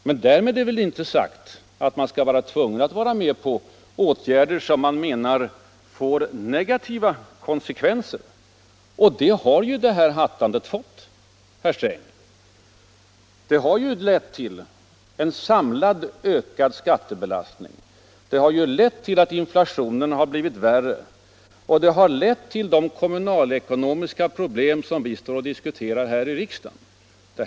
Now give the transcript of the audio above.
Men därmed är inte sagt att man skall vara tvungen att vara med på åtgärder som man menar får negativa konsekvenser — och det har ju det här hattandet fått, herr Sträng. Det har ju lett till en ökad samlad skattebelastning. Det har lett till att inflationen har blivit värre. Det har lett till de kommunalekonomiska problem som vi diskuterar här i riksdagen.